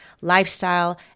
lifestyle